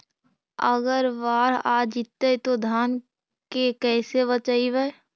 अगर बाढ़ आ जितै तो धान के कैसे बचइबै?